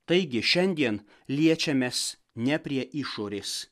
taigi šiandien liečiamės ne prie išorės